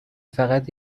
فقط